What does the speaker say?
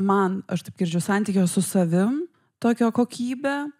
man aš taip girdžiu santykio su savim tokio kokybe